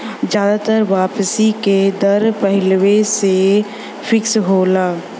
जादातर वापसी का दर पहिलवें से फिक्स होला